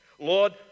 Lord